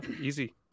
easy